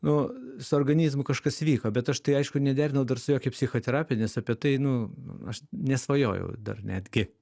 nu su organizmu kažkas vyko bet aš tai aišku nederinau dar su jokia psichoterapij nes apie tai nu aš nesvajojau dar netgi